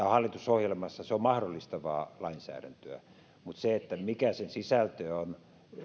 hallitusohjelmassa se on mahdollistavaa lainsäädäntöä mutta se mikä sen sisältö on